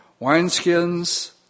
Wineskins